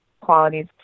qualities